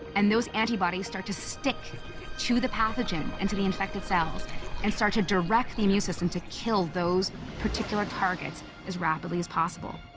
and those antibodies start to stick to the pathogen and to the infected cells and start to direct the immune system to kill those particular targets as rapidly as possible.